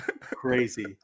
Crazy